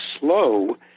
slow